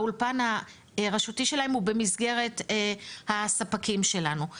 האולפן הרשותי שלהם הוא במסגרת הספקים שלנו.